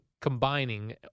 combining